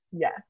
yes